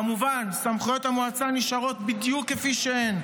כמובן, סמכויות המועצה נשארות בדיוק כפי שהן.